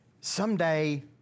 someday